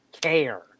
care